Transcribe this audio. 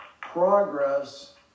progress